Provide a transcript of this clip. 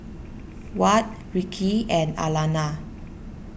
Watt Rickey and Alana